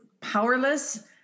powerless